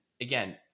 again